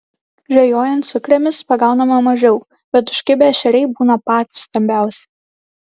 žvejojant sukrėmis pagaunama mažiau bet užkibę ešeriai būna patys stambiausi